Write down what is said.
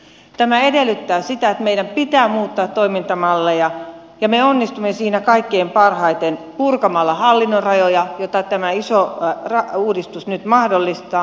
tämä edellyttää sitä että meidän pitää muuttaa toimintamalleja ja me onnistumme siinä kaikkein parhaiten purkamalla hallinnon rajoja mitä tämä iso uudistus nyt mahdollistaa